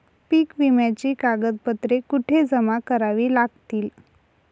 पीक विम्याची कागदपत्रे कुठे जमा करावी लागतील?